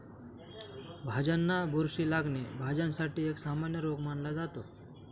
भाज्यांना बुरशी लागणे, भाज्यांसाठी एक सामान्य रोग मानला जातो